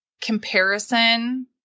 comparison